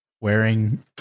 wearing